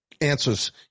answers